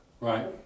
right